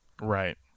Right